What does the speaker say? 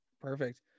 Perfect